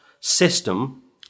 system